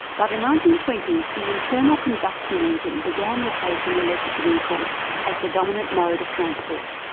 buy the nineteen twenty s the internal combustion engine began replacing electric vehicles as the dominant mode of transport.